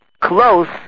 close